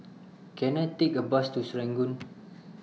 Can I Take A Bus to Serangoon